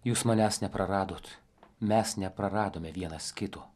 jūs manęs nepraradot mes nepraradome vienas kito